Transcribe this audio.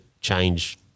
change